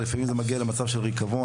במצב כזה שיכול גם הגיע למקרים של ריקבון.